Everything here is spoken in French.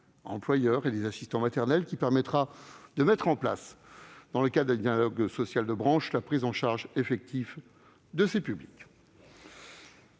employeurs et des assistants maternels, qui permettra de mettre en place, dans le cadre d'un dialogue social de branche, la prise en charge effective de ces publics.